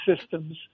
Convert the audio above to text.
systems